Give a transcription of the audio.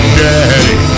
daddy